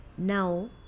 now